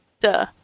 Duh